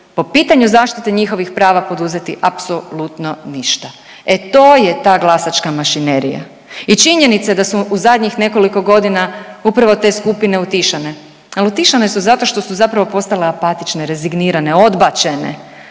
po pitanju zaštite njihovih prava poduzeti apsolutno ništa. E to je ta glasačka mašinerija i činjenica je da su u zadnjih nekoliko godina upravo te skupine utišane, al utišane su zato što su zapravo postale apatične, rezignirane, odbačene,